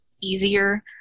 easier